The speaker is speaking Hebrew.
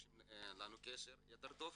תעשו לנו קשר יותר טוב